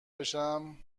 بشم